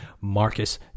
Marcus